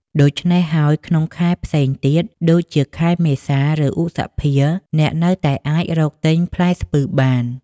ដូច្នេះហើយ ក្នុងខែផ្សេងទៀត ដូចជាខែមេសា ឬឧសភា អ្នកនៅតែអាចរកទិញផ្លែស្ពឺបាន ។